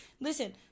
listen